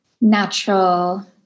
natural